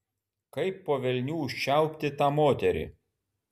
kaip po velnių užčiaupti tą moterį